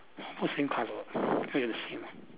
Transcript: almost same colour I assume